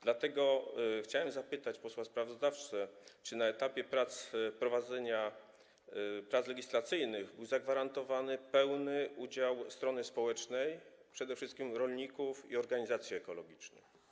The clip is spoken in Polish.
Dlatego chciałbym zapytać posła sprawozdawcę, czy na etapie prowadzenia prac legislacyjnych był zagwarantowany pełny udział strony społecznej, przede wszystkim rolników i organizacji ekologicznych.